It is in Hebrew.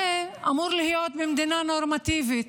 זה אמור להיות במדינה נורמטיבית,